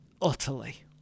utterly